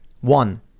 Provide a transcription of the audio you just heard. one